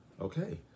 Okay